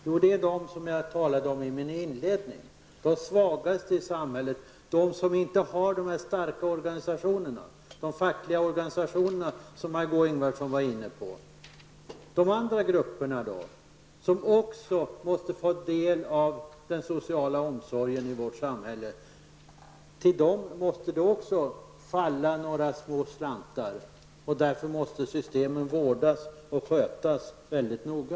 Jo, det är de människor som jag talade om i min inledning, de svagaste i samhället, de som inte har de starka organisationerna bakom sig, de fackliga organisationerna, som Margó Ingvardsson var inne på. Till de andra grupper som också måste få del av den sociala omsorgen i vårt samhälle måste det också utgå några små slantar. Därför måste systemen vårdas och skötas mycket noga.